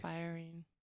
Inspiring